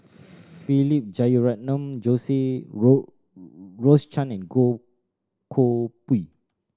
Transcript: Philip Jeyaretnam Rose Rose Chan and Goh Koh Pui